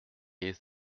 est